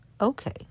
Okay